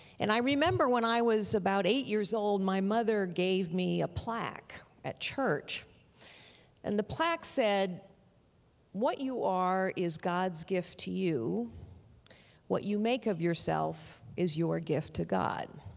and i remember when i was about eight years old my mother gave me a plaque at church and the plaque said what you are, is god's gift to you what you make of yourself is your gift to god.